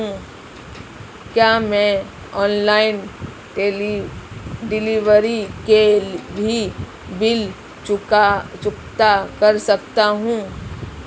क्या मैं online delivery के भी बिल चुकता कर सकता हूँ?